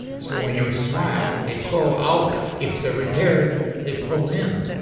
so when you smile, they pull out. if they're repaired, they pull in.